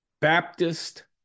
Baptist